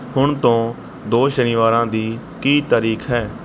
ਹੁਣ ਤੋਂ ਦੋ ਸ਼ਨੀਵਾਰਾਂ ਦੀ ਕੀ ਤਾਰੀਖ਼ ਹੈ